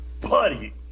buddy